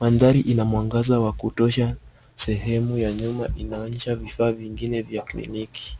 Madhari ina mwangaza wa kutosha. Sehemu ya nyuma inaoneysha vifaa vingine vya kliniki.